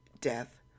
death